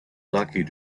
lucky